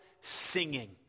singing